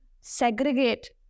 segregate